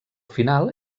final